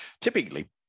typically